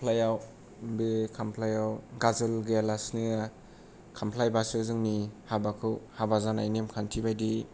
खामफ्लायाव बे खामफ्लायाव गाजोल गैयालासे खामफ्लायबासो जोंनि हाबाखौ हाबा जानाय नेमखान्थि बादि